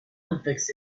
olympics